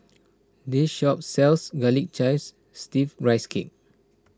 this shop sells Garlic Chives Steamed Rice Cake